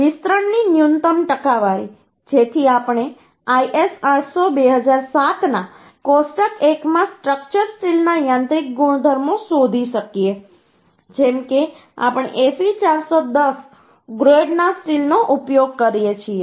વિસ્તરણની ન્યૂનતમ ટકાવારી જેથી આપણે IS 800 2007 ના કોષ્ટક 1 માં સ્ટ્રક્ચર સ્ટીલના યાંત્રિક ગુણધર્મો શોધી શકીએ જેમ કે આપણે Fe 410 ગ્રેડના સ્ટીલનો ઉપયોગ કરીએ છીએ